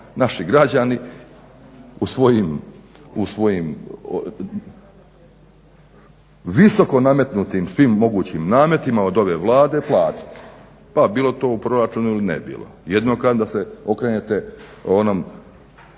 naši građani u svojim visoko nametnutim svim mogućim nametima od ove Vlade platiti, pa bilo to u proračunu ili ne bilo. Jedino kažem da se okrenete onom